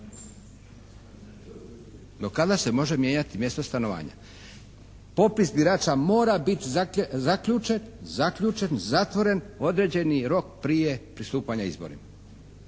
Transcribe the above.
do kada se može mijenjati mjesto stanovanja. Popis birača mora biti zaključen, zatvoren određeni rok prije pristupanja izborima.